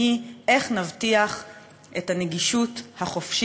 והיא: איך נבטיח את הנגישות החופשית,